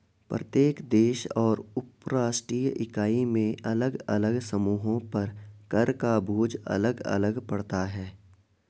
प्रत्येक देश और उपराष्ट्रीय इकाई में अलग अलग समूहों पर कर का बोझ अलग अलग पड़ता है